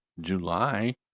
July